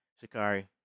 Shikari